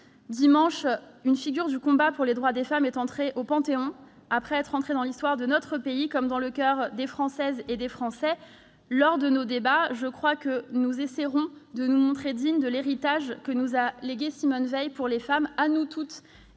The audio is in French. dernier, une figure du combat pour les droits des femmes est entrée au Panthéon, après être entrée dans l'histoire de notre pays comme dans le coeur des Françaises et des Français. Lors de nos débats, nous essaierons de nous montrer dignes de l'héritage que nous a légué Simone Veil, particulièrement à nous, les